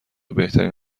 بهترین